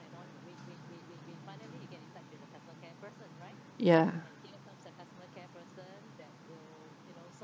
ya